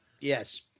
Yes